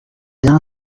d’un